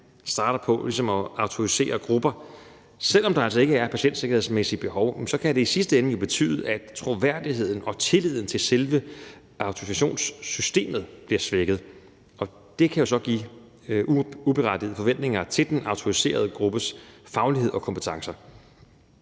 starter på at autorisere nogle grupper, selv om der altså ikke er patientsikkerhedsmæssige behov, kan det jo i sidste ende betyde, at troværdigheden og tilliden til selve autorisationssystemet bliver svækket, og det kan give uberettigede forventninger til den autoriserede gruppes faglighed og kompetencer.